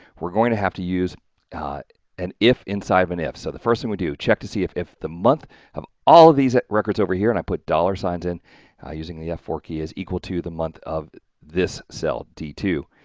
we're going to have to use and if inside when if. so, the first thing we do check to see if if the month have all of these records over here, and i put dollar signs in using the f four key as equal to the month of this cell d two.